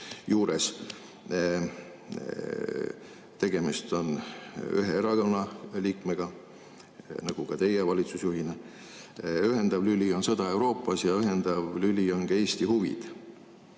juures. Tegemist on ühe erakonna liikmega, nagu olete ka teie valitsusjuhina. Ühendav lüli on sõda Euroopas ja ühendav lüli on ka Eesti huvid.